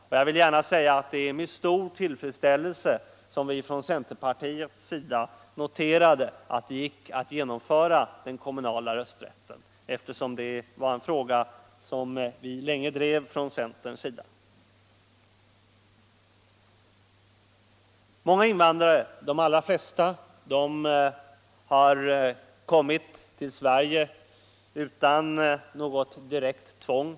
Jag vill också gärna säga att det var med stor tillfredsställelse som vi i centerpartiet noterade att det gick att genomföra den kommunala rösträtten, eftersom det var en fråga som vi länge drev från centerns sida. De allra flesta invandrarna har kommit till Sverige utan något direkt tvång.